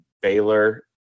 Baylor